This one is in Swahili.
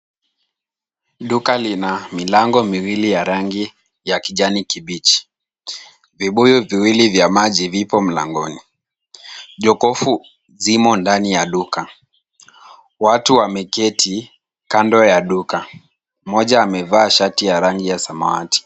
Duka lina milango miwili ya rangi ya kijani kibichi. Vibuyu viwili vya maji viko mlangoni. Jokofu zimo ndani ya duka. Watu wameketi kando ya duka. Mmoja amevaa shati ya rangi ya samawati.